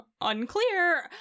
unclear